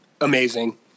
amazing